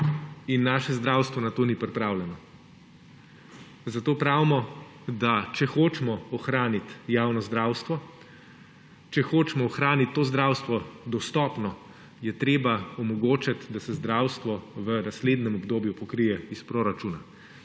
in naše zdravstvo na to ni pripravljeno. Zato pravimo, da če hočemo ohraniti javno zdravstvo, če hočemo ohraniti to zdravstvo dostopno, je treba omogočiti, da se zdravstvo v naslednjem obdobju pokrije iz proračuna.